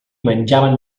menjaven